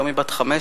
היום היא בת 15,